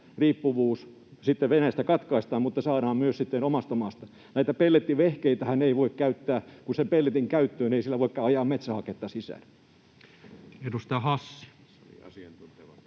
Venäjästä katkaistaan mutta saadaan myös omasta maasta? Näitä pellettivehkeitähän ei voi käyttää kuin sen pelletin käyttöön. Ei niillä voi ajaa metsähaketta sisään. [Speech 23]